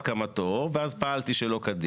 הסכמתם להכניס את המשפט הזה בתוך האישורים.